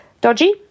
dodgy